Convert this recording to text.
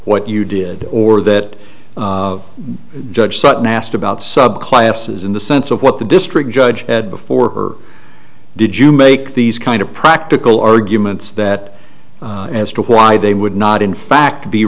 what you did or that judge sutton asked about subclasses in the sense of what the district judge had before her did you make these kind of practical arguments that as to why they would not in fact be